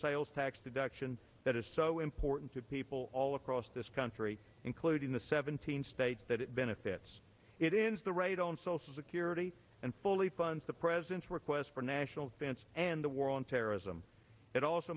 sales tax deduction that is so important to people all across this country including the seventeen states that it benefits it is the right on social security and fully funds the president's request for national defense and the war on terrorism it also